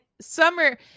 summer